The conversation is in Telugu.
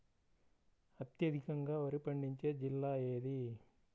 అత్యధికంగా వరి పండించే జిల్లా ఏది?